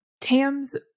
Tams